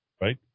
right